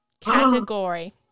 category